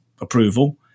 approval